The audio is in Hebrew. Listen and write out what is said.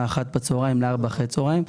אחת בצוהריים לארבע אחרי הצוהריים,